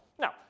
Now